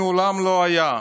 זה מעולם לא קרה,